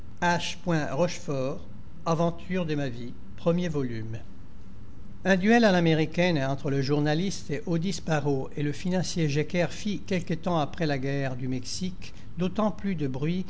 de ma vie volume un duel à l'américaine entre le journaliste odysse barot et le financier jecker fit quelque temps après la guerre du mexique d'autant plus de bruit